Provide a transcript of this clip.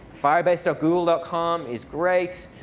firebase so google ah com is great.